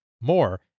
More